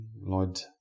Lord